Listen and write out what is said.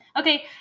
Okay